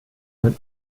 man